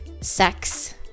sex